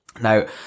now